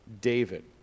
David